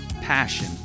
passion